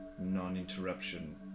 non-interruption